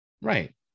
Right